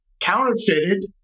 counterfeited